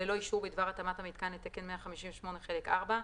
ללא אישור בדבר התאמת המיתקן לתקן 158 חלק 4,